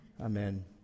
Amen